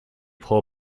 poor